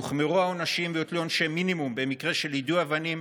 יוחמרו העונשים ויוטלו עונשי מינימום במקרה של יידוי אבנים,